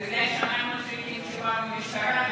ומפני שאנחנו צריכים תשובה מהמשטרה,